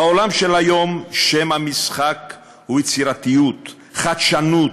בעולם של היום שם המשחק הוא יצירתיות, חדשנות,